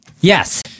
Yes